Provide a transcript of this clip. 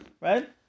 right